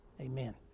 Amen